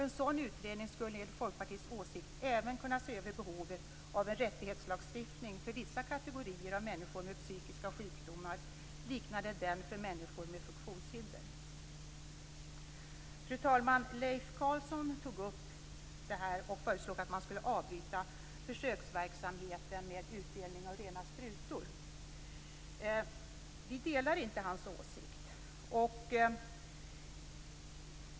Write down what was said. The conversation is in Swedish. En sådan utredning skulle enligt Folkpartiets åsikt även kunna se över behovet av en rättighetslagstiftning för vissa kategorier av människor med psykiska sjukdomar liknande den för människor med funktionshinder. Fru talman! Leif Carlson föreslog att man skulle avbryta försöksverksamheten med utdelning av rena sprutor. Vi delar inte hans åsikt.